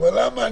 הוא אמר: למה?